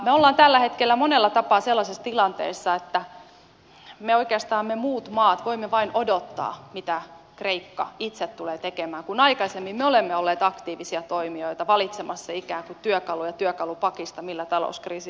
me olemme tällä hetkellä monella tapaa sellaisessa tilanteessa että oikeastaan me muut maat voimme vain odottaa mitä kreikka itse tulee tekemään kun aikaisemmin me olemme olleet aktiivisia toimijoita valitsemassa ikään kuin työkalupakista työkaluja joilla talouskriisiä hoidetaan